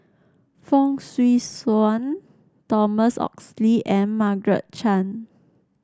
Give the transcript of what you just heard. Fong Swee Suan Thomas Oxley and Margaret Chan